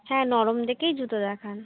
হ্যাঁ নরম দেখেই জুতো দেখান